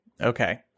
okay